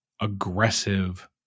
aggressive